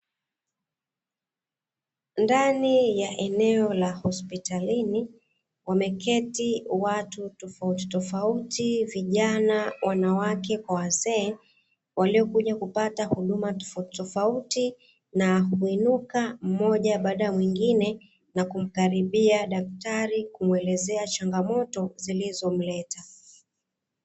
Ndani ya eneo la hospitalini wameketi watu tofauti tofauti, vijana wanawake kwa wazee waliokuja kupata huduma tofauti tofauti na kuinuka mmoja baada ya mwingine na kumkaribia daktari kumwelezea changamoto zilizomleta.